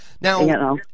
Now